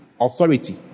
Authority